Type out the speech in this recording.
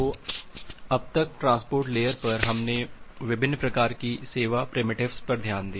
तो अब तक ट्रांसपोर्ट लेयर पर हमें विभिन्न प्रकार की सेवा प्रिमिटिवस पर ध्यान दिया